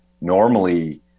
normally